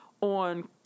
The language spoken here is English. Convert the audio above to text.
on